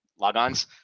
logons